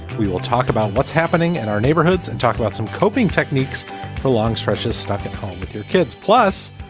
we will talk about what's happening in and our neighborhoods and talk about some coping techniques for long stretches stuck at home with your kids. plus,